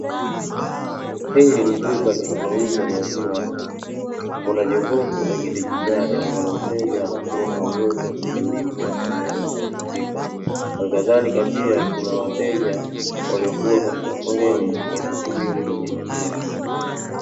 Hili ni duka linalouza maziwa ya ng`ombe kuna jokofu la kidigitali ambalo mteja anakuwa na wa kujihudumia mwenyewe anapofika alkadharika pia kuna wateja waliokuwa katika foleni wakisubiri huduma hiyo.